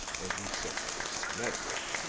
and we set at it systematically.